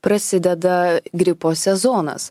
prasideda gripo sezonas